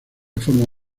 forma